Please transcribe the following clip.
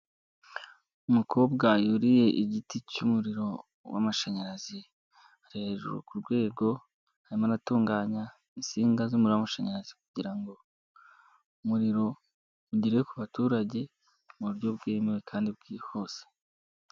Umukobwa yuriye igiti cy'umuriro w'amashanyarazi. Ari hejuru ku rwego arimo atunganya insinga z'umuriro w'amashanyarazi kugira ngo umuriro ugere ku baturage mu buryo bwemewe kandi bwihuse.